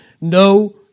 no